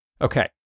Okay